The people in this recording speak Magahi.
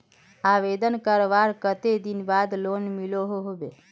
आवेदन करवार कते दिन बाद लोन मिलोहो होबे?